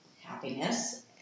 happiness